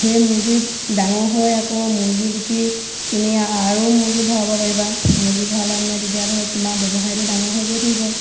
সেই মুৰ্গী ডাঙৰ হৈ আকৌ মুৰ্গী বিক্ৰী তুমি আৰু মুৰ্গী ভৰাব পাৰিবা মুৰ্গী ভৰালে মানে তেতিয়া ধৰক তোমাৰ ব্যৱসায়টো ডাঙৰ হৈ গৈ থাকিব